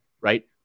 right